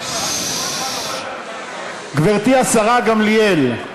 גברתי השרה גמליאל,